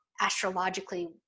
astrologically